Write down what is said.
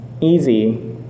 easy